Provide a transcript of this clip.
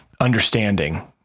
understanding